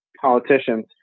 politicians